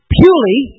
purely